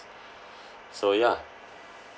so ya